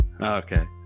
Okay